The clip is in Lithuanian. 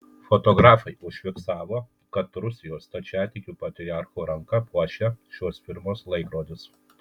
fotografai užfiksavo kad rusijos stačiatikių patriarcho ranką puošia šios firmos laikrodis